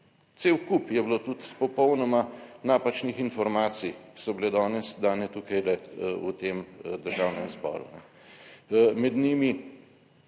Cel kup je bilo tudi popolnoma napačnih informacij, ki so bile danes dane tukajle v tem Državnem zboru. Med njimi,